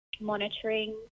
monitoring